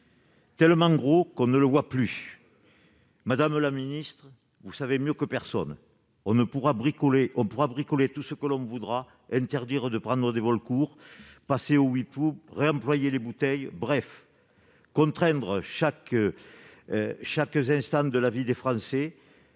tellement gros qu'on ne le voit plus. Madame la ministre, vous le savez mieux que personne, on aura beau bricoler tout ce qu'on voudra, interdire les vols sur les trajets courts, passer au Oui Pub, réemployer les bouteilles, bref contraindre chaque instant de la vie des Français,